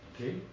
Okay